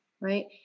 right